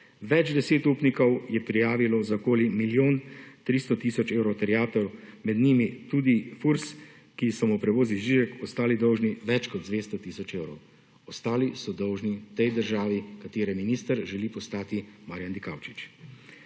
Več 10 upnikov je prijavilo za okoli milijon 300 tisoč evrov terjatev med njimi tudi Furs, ki so mu Prevozi Žižek ostali dolžni več kot 200 tisoč evrov, ostali so dolžni tej državi, katere minister želi postati Marjan Dikaučič.